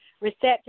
receptive